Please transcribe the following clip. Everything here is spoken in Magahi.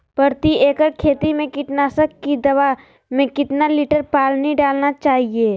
प्रति एकड़ खेती में कीटनाशक की दवा में कितना लीटर पानी डालना चाइए?